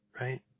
right